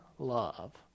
love